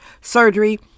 surgery